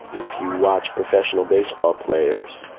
if you watch professional baseball players,